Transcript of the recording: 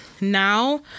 now